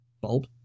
bulb